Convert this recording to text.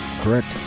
Correct